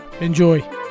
enjoy